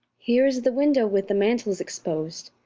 here is the window with the mantles exposed,